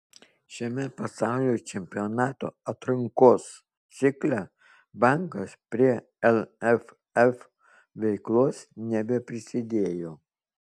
šiame pasaulio čempionato atrankos cikle bankas prie lff veiklos nebeprisidėjo